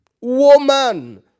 woman